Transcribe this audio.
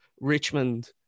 Richmond